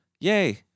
Yay